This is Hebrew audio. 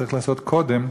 צריך לעשות קודם,